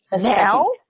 Now